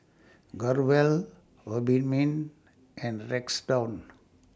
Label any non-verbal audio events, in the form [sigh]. Growell Obimin and [unintelligible]